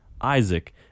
Isaac